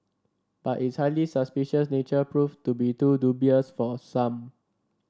but its highly suspicious nature proved to be too dubious for some